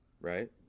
right